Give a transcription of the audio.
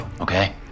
okay